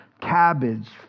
cabbage